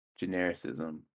genericism